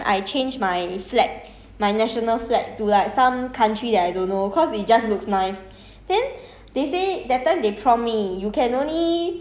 you can spend money eh quite expensive leh I think that time I changed my flag my national flag to like some country that I don't know cause it just looks nice